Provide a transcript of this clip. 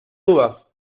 uvas